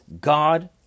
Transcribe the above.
God